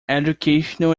educational